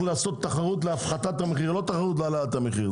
שצריך לעשות להפחתת המחיר ולא תחרות להעלאת המחיר.